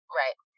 right